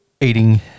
eating